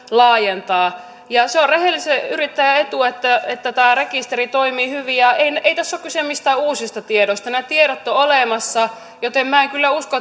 laajentaa on rehellisen yrittäjän etu että että tämä rekisteri toimii hyvin ei tässä ole kyse mistään uusista tiedoista nämä tiedot ovat olemassa joten minä en kyllä usko